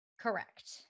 correct